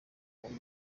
uyu